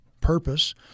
purpose